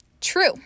True